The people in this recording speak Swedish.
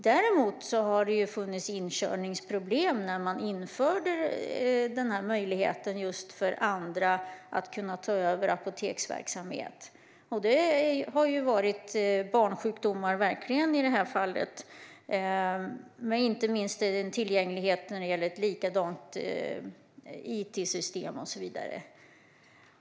Däremot har det funnits inkörningsproblem när man införde möjligheten för andra att ta över apoteksverksamhet. Det har verkligen varit barnsjukdomar i detta fall, inte minst i fråga om tillgänglighet när det gäller likadana it-system och så vidare.